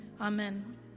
Amen